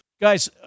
Guys